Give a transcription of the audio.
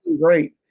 Great